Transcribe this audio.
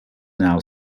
now